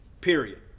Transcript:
period